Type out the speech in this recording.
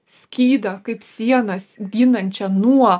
skydą kaip sienas ginančią nuo